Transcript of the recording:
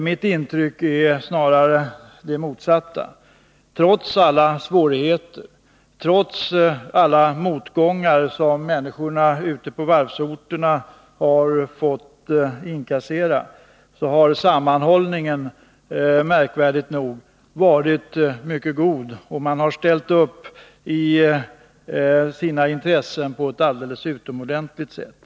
Mitt intryck är snarare det motsatta — trots alla svårigheter, trots alla motgångar som människorna ute på varvsorterna fått pröva på, har sammanhållningen märkvärdigt nog varit mycket god och man har ställt upp för sina intressen på ett alldeles utomordentligt sätt.